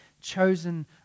chosen